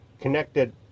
connected